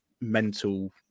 mental